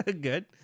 good